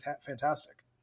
fantastic